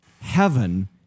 Heaven